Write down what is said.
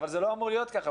אבל זה לא אמור להיות ככה,